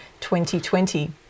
2020